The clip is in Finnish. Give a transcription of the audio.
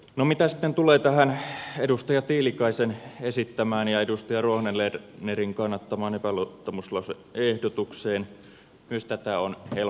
no mitä sitten tulee tähän edustaja tiilikaisen esittämään ja edustaja ruohonen lernerin kannattamaan epäluottamuslause ehdotukseen myös tätä on helppo kannattaa